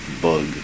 bug